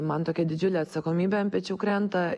man tokia didžiulė atsakomybė ant pečių krenta